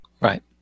Right